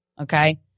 Okay